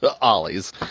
Ollie's